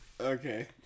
Okay